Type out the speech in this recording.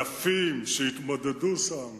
אלפים התמודדו שם